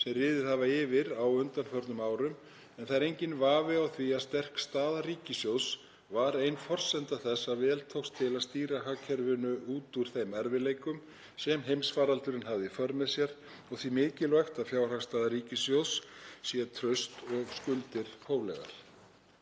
sem riðið hafa yfir á undanförnum árum en það er enginn vafi á því að sterk staða ríkissjóðs var ein forsenda þess að vel tókst til að stýra hagkerfinu út úr þeim erfiðleikum sem heimsfaraldurinn hafði í för með sér og því mikilvægt að fjárhagsstaða ríkissjóðs sé traust og skuldir hóflegar.